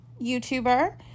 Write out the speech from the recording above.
YouTuber